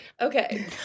okay